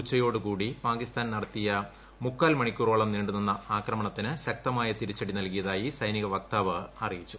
ഉച്ചയോടു കൂടി പാക്ിസ്മാൻ നടത്തിയ മുക്കാൽ മണിക്കൂറോളം നീണ്ടുനിന്ന ആക്രമണത്തിന് ശക്തമായ തിരിച്ചുടി നല്കിയതായി സൈനിക വ്ക്താട്ടവ് അറിയിച്ചു